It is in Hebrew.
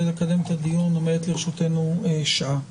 אני